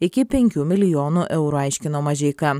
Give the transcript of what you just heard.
iki prnkių milijonų eurų aiškino mažeika